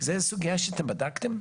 זו סוגיה שאתם בדקתם?